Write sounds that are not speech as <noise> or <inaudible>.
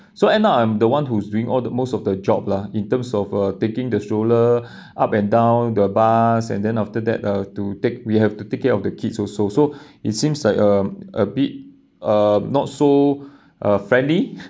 so end up I'm the one who's doing all the most of the job lah in terms of uh taking the stroller <breath> up and down the bus and then after that uh to take we have to take care of the kids also so <breath> it seems like a a bit uh not so uh friendly